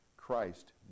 Christ